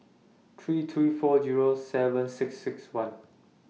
three three four Zero seven six six one